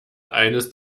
eines